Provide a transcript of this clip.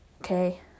okay